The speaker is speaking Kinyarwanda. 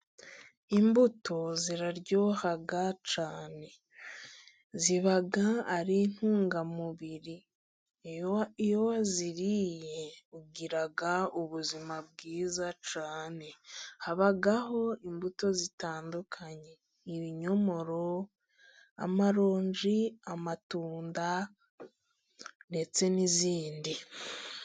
Imbuto ziraryoha cyane, ziba ari intungamubiri, iyo waziriye ugira ubuzima bwiza cyane, habaho imbuto zitandukanye, ibinyomoro, amaronji, amatunda ndetse n'izindi.